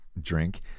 drink